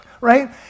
Right